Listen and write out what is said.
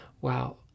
wow